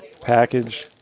package